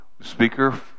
Speaker